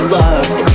loved